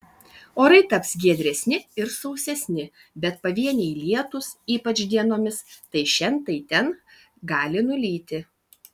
orai taps giedresni ir sausesni bet pavieniai lietūs ypač dienomis tai šen tai ten gali nulyti